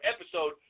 episode